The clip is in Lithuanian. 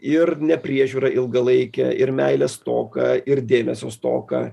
ir nepriežiūrą ilgalaikę ir meilės stoką ir dėmesio stoką